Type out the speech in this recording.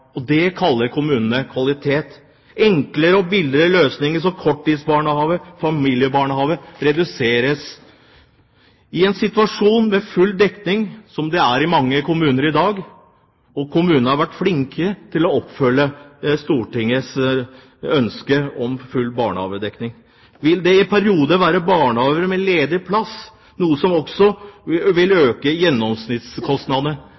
barn. Det kaller kommunene kvalitet. Enklere og billigere løsninger som korttidsbarnehager og familiebarnehager reduseres. I en situasjon med full barnehagedekning, som det er i mange kommuner i dag – kommunene har vært flinke til å følge opp Stortingets ønske om full dekning – vil det i perioder være barnehager med ledige plasser, noe som også vil